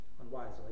unwisely